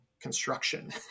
construction